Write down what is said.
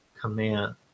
Command